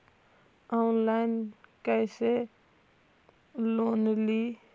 Online कैसे loan ली?